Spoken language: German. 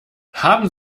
haben